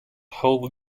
whole